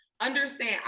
understand